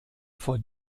vor